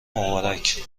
مبارک